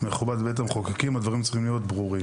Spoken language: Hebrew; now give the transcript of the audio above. מכובד והדברים צריכים להיות ברורים.